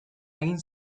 egin